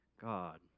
God